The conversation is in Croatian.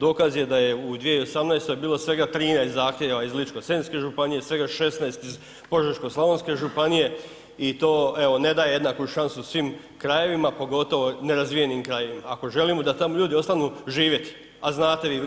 Dokaz je da je u 2018. bilo svega 13 zahtjeva iz Ličko-senjske županije, svega 16 iz Požeško-slavonske županije i to evo ne daje jednaku šansu svim krajevima, pogotovo nerazvijenim krajevima ako želimo da tamo ljudi ostanu živjeti, a znate i